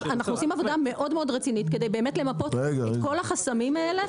מאוד-מאוד רצינית כדי למפות את כל החסמים האלה.